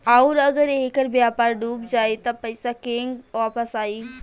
आउरु अगर ऐकर व्यापार डूब जाई त पइसा केंग वापस आई